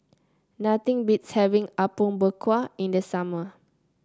nothing beats having Apom Berkuah in the summer